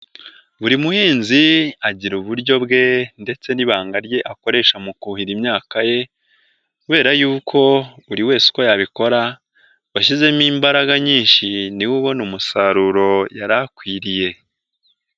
Buri muhinzi agira uburyo bwe ndetse n'ibanga rye akoresha mu kuhira imyaka ye kubera yuko buri wese uko yabikora uwashyizemo imbaraga nyinshi ni we ubona umusaruro yari akwiriye.